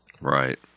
Right